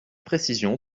précision